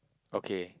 okay